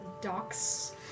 docks